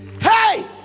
Hey